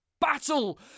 battle